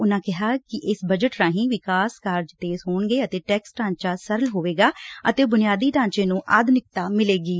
ਉਨੂਾਂ ਕਿਹਾ ਕਿ ਇਸ ਬਜਟ ਰਾਹੀਂ ਵਿਕਾਸ ਕਾਰਜ ਤੇਜ਼ ਹੋਣਗੇ ਟੈਕਸ ਢਾਂਚਾ ਸਰਲ ਹੋਵੇਗਾ ਅਤੇ ਬੁਨਿਆਦੀ ਢਾਂਚੇ ਨੂੰ ਆਧੁਨਿਕਤਾ ਮਿਲੇਗੀ